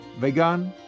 vegan